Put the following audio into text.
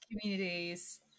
communities